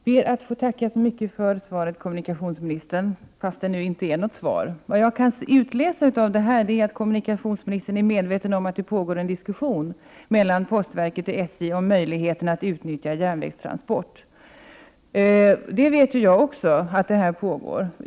Herr talman! Jag ber att få tacka kommunikationsministern så mycket för svaret, fastän det inte är något svar. Vad jag kan utläsa av svaret är att kommunikationsministern är medveten om att det pågår en diskussion mellan postverket och SJ om möjligheterna att utnyttja järnvägstransport. Det vet jag också.